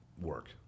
work